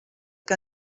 que